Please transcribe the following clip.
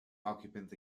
occupants